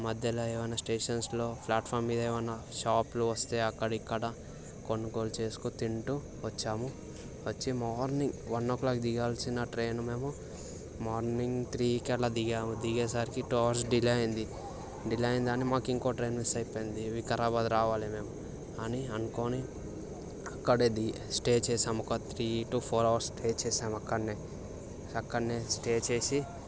మధ్యలో ఏమైనా స్టేషన్స్లో ప్లాట్ఫామ్ మీద ఏమైనా షాపులు వస్తే అక్కడ ఇక్కడ కొనుగోలు చేసుకుని తింటు వచ్చాము వచ్చి మార్నింగ్ వన్ ఓ క్లాక్ దిగాల్సిన ట్రైన్ మేము మార్నింగ్ త్రీకి అలా దిగాము దిగేసారికి టూ అవర్స్ డిలే అయింది డిలే అయింది అని మాకు ఇంకో ట్రైన్ మిస్ అయిపోయింది వికారాబాద్ రావాలి మేము అని అనుకోని అక్కడే దిగి స్టే చేశాము ఒక three to four hours stay చేశాను అక్కడనే అక్కడనే స్టే చేసి